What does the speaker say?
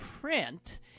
print –